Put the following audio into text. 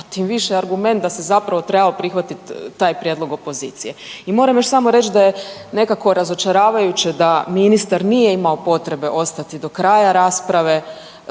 pa tim više argument da se zapravo trebalo prihvatit taj prijedlog opozicije. I moram još samo reć da je nekako razočaravajuće da ministar nije imao potrebe ostati do kraja rasprave